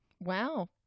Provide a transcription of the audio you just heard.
Wow